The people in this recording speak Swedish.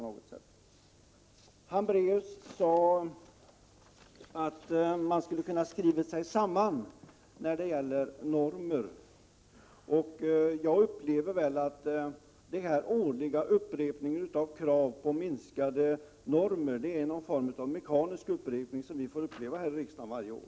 Birgitta Hambraeus sade att man skulle ha kunnat skriva sig samman när det gäller normerna. Jag finner den upprepning av krav på minskning av normerna som brukar göras ha karaktären av en mekanisk upprepning, och den får vi uppleva här i riksdagen varje år.